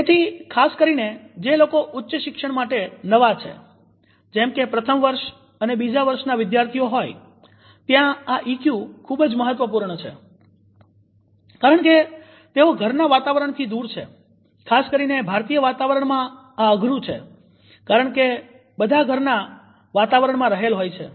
તેથી ખાસ કરીને જે લોકો ઉચ્ચ શિક્ષણ માટે નવા છે જેમકે પ્રથમ વર્ષ અને બીજા વર્ષના વિદ્યાર્થીઓ હોઇ ત્યાં આ ઇક્યુ ખૂબ જ મહત્વપૂર્ણ છે કારણ કે તેઓ ઘરના વાતાવરણથી દૂર છે ખાસ કરીને ભારતીય વાતાવરણમાં આ અઘરું છે કારણકે બધા ઘરના ના વાતાવરણ માં રહેલ હોય છે